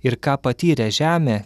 ir ką patyrė žemė